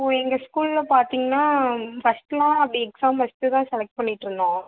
இப்போது எங்கள் ஸ்கூலில் பார்த்திங்ன்னா ஃபர்ஸ்ட்டெலாம் அப்படி எக்ஸாம் வச்சுட்டு தான் செலக்ட் பண்ணிகிட்டு இருந்தோம்